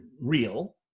real